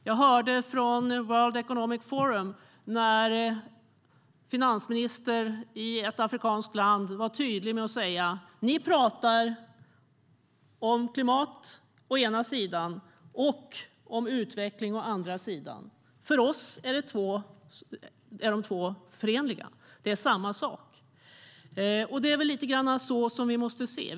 Jag hörde från World Economic Forum att finansministern i ett afrikanskt land var tydlig med att säga: Ni pratar om klimat å ena sidan och om utveckling å andra sidan. För oss är de två förenliga. Det är samma sak. Det är väl lite grann så som vi måste se det.